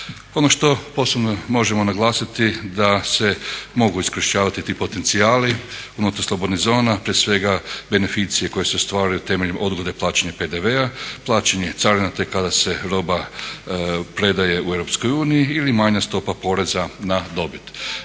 Ono što posebno možemo naglasiti, da se mogu iskorištavati ti potencijali unutar slobodnih zona, prije svega beneficije koje se stvaraju temeljem odgode plaćanja PDV-a, plaćanje carina te kada se roba predaje u Europskoj uniji ili manja stopa poreza na dobit.